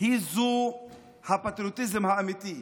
היא הפטריוטיזם האמיתי,